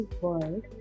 world